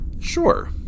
sure